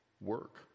work